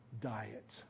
diet